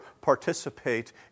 participate